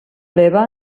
eva